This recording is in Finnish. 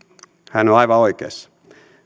hän on aivan oikeassa